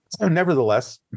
Nevertheless